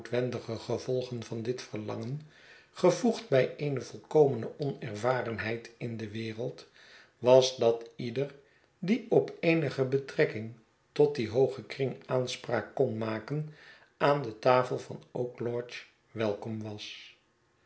gevolgen van dit verlangen gevoegd bij eene volkomene onervarenheid in de wereld was dat ieder die op eenige betrekking tot dien hoogen kring aanspraak kon rnaken aan de tafel van oak lodge welkom was